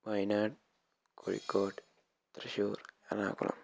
Wayanad Kozhikode Thrissur Ernakulam